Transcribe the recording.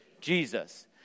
Jesus